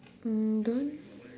mm don't